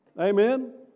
Amen